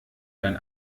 dann